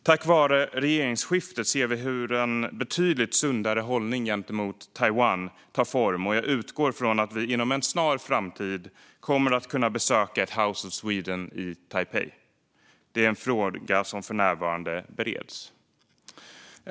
Tack vare regeringsskiftet ser vi hur en betydligt sundare hållning gentemot Taiwan tar form, och jag utgår från att vi inom en snar framtid kommer att kunna besöka ett House of Sweden i Taipei. Det är en fråga som för närvarande bereds.